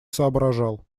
соображал